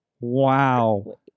wow